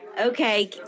okay